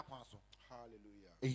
Hallelujah